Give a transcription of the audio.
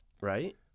right